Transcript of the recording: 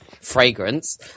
fragrance